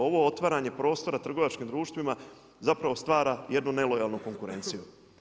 Ovo otvaranje prostora trgovačkim društvima zapravo stvara jednu nelojalnu konkurenciju.